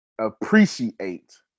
appreciate